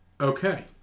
Okay